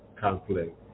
conflict